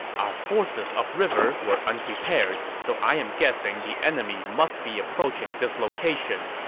our forces upriver were unprepared, so i'm guessing the enemy must be approaching this location.